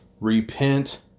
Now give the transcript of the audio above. Repent